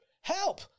help